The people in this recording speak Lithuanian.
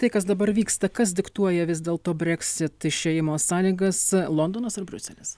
tai kas dabar vyksta kas diktuoja vis dėlto brexit išėjimo sąlygas londonas ir briuselis